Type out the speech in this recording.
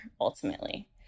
ultimately